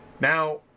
Now